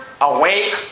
Awake